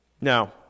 Now